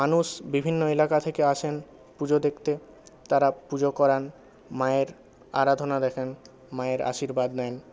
মানুষ বিভিন্ন এলাকা থেকে আসেন পুজো দেখতে তারা পুজো করান মায়ের আরাধনা দেখেন মায়ের আশীর্বাদ নেন